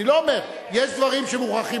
אני לא אומר, יש דברים שמוכרחים.